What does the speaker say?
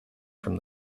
from